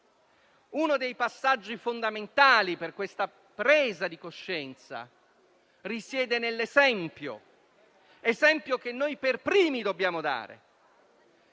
Uno dei passaggi fondamentali per questa presa di coscienza risiede nell'esempio che noi per primi dobbiamo dare.